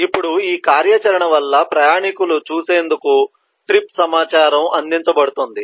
ఇప్పుడు ఈ కార్యాచరణ వల్ల ప్రయాణికులు చూసేందుకు ట్రిప్ సమాచారం అందించబడుతుంది